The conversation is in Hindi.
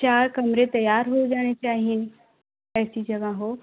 चार कमरे तैयार हो जाने चाहिए ऐसी जगह हो